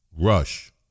Rush